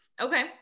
Okay